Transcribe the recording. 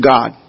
God